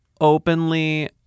openly